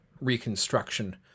reconstruction